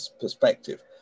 perspective